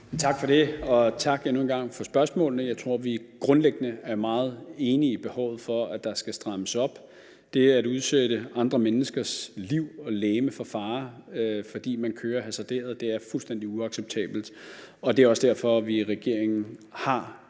Tak for det, og endnu en gang tak for spørgsmålene. Jeg tror, vi grundlæggende er meget enige om behovet for, at der skal strammes op. Det at udsætte andre menneskers liv og lemmer for fare, fordi man kører hasarderet, er fuldstændig uacceptabelt, og det er også derfor, vi i regeringen har